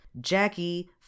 Jackie